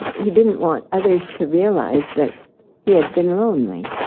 he didn't want others to realise that he had been lonely.